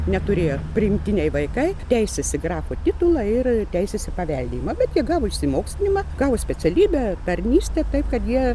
neturėjo priimtiniai vaikai teisės į grafo titulą ir teisės paveldėjimą bet jie gavo išsimokslinimą gavo specialybę tarnystę taip kad jie